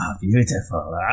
Beautiful